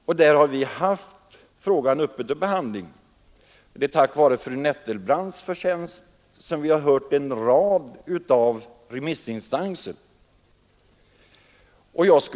Och det är främst fru Nettelbrandts förtjänst att vi då också fick ta del av en rad remissinstansers uppfattningar.